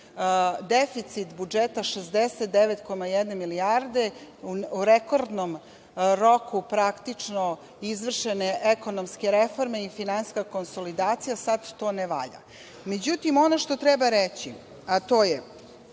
deficit budžeta 69,1 milijarde, u rekordnom roku, praktično izvršene ekonomske reforme i finansijska konsolidacija, sada to ne valja.Međutim, ono što treba reći, a to je,